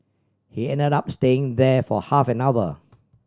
he ended up staying there for half an hour